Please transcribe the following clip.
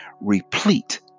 replete